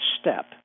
step